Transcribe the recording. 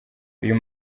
uyu